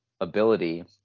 ability